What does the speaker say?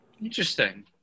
Interesting